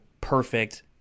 perfect